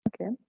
okay